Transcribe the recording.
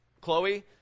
Chloe